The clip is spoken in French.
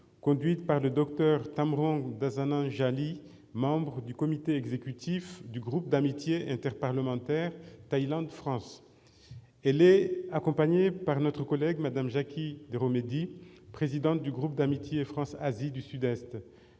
conduite par le docteur Thamrong Dasananjali, membre du comité exécutif du groupe d'amitié interparlementaire Thaïlande-France. Elle est accompagnée par notre collègue Jacky Deromedi, présidente du groupe d'amitié France-Asie du Sud-Est.